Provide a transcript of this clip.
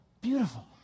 beautiful